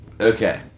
Okay